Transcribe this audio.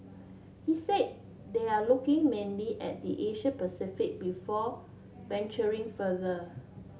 he said they are looking mainly at the Asia Pacific before venturing further